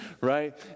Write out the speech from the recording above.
right